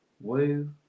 woo